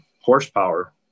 horsepower